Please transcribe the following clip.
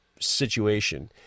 situation